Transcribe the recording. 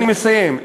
אני מסיים.